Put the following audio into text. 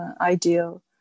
ideal